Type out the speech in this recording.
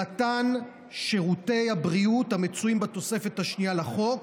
למתן שירותי הבריאות המצויים בתוספת השנייה לחוק